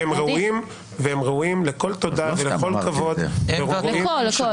והם ראויים לכל תודה ולכל כבוד -- לכול, לכול.